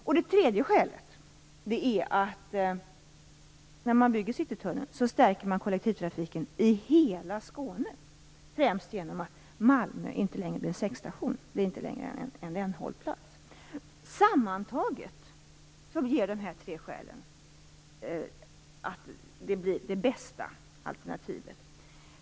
Det tredje skälet är att Citytunneln stärker kollektivtrafiken i hela Skåne, främst genom att Malmö inte längre blir en ändhållplats. Sammantaget gör dessa tre skäl att Citytunneln blir det bästa alternativet.